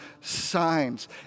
signs